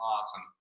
awesome